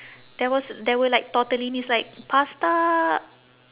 there was there were like tortellinis like pasta